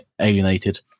alienated